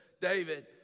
david